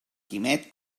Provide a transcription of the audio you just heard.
quimet